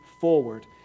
forward